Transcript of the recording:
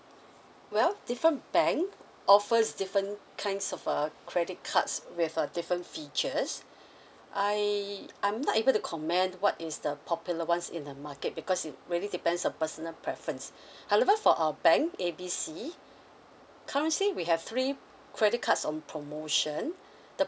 well different bank offers different kinds of uh credit cards with uh different features I I'm not able to comment what is the popular ones in the market because it really depends on personal preference however for our bank A B C currently we have three credit cards on promotion the